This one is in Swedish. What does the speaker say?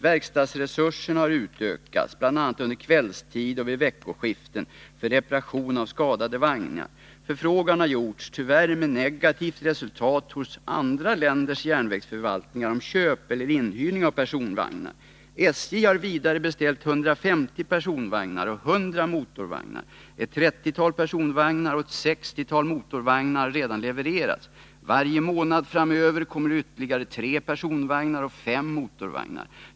Verkstadsresurserna har utökats, bl.a. under kvällstid och vid veckoskiftena, för reparation av skadade vagnar. Förfrågan har gjorts — tyvärr med negativt resultat — hos andra länders järnvägsförvaltningar om köp eller inhyrning av personvagnar. SJ har vidare beställt 150 personvagnar och 100 motorvagnar. Ett 30-tal personvagnar och ett 60-tal motorvagnar har redan levererats. Varje månad framöver kommer ytterligare 3 personvagnar och 5 motorvagnar.